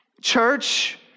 church